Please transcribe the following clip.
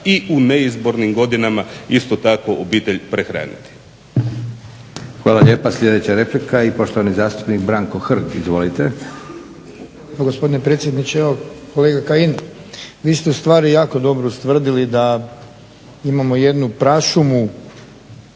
i u neizbornim godinama isto tako obitelj prehraniti. **Leko, Josip (SDP)** Hvala lijepa. Sljedeća replika i poštovani zastupnika Branko Hrg. Izvolite. **Hrg, Branko (HSS)** Hvala lijepo gospodine predsjedniče. Evo kolega Kajin vi ste ustvari jako dobro ustvrdili da imamo jednu prašumu